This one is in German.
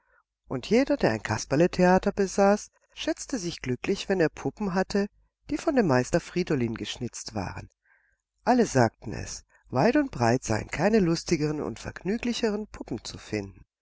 und jeder der ein kasperletheater besaß schätzte sich glücklich wenn er puppen hatte die von dem meister friedolin geschnitzt waren alle sagten es weit und breit seien keine lustigeren und vergnüglicheren puppen zu finden